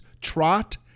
trot